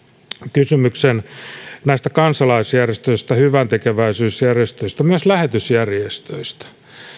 kysymyksen näistä kansalaisjärjestöistä hyväntekeväisyysjärjestöistä myös lähetysjärjestöistä